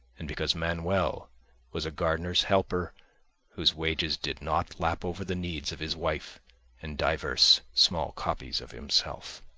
and because manuel was a gardener's helper whose wages did not lap over the needs of his wife and divers small copies of himself.